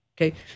okay